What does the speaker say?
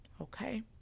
okay